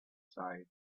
side